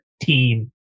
team